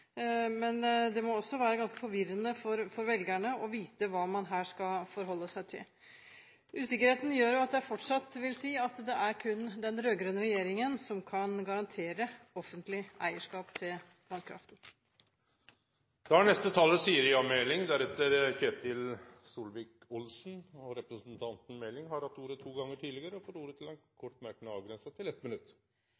men også for velgerne må det være ganske forvirrende å vite hva man her skal forholde seg til. Usikkerheten gjør at jeg fortsatt vil si at det kun er den rød-grønne regjeringen som kan garantere offentlig eierskap til vannkraften. Representanten Siri A. Meling har hatt ordet to gonger tidlegare i debatten og får ordet til